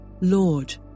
Lord